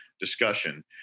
discussion